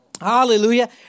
hallelujah